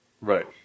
Right